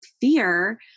fear